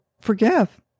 forgive